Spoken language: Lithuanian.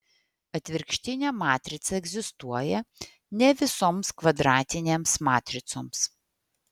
atvirkštinė matrica egzistuoja ne visoms kvadratinėms matricoms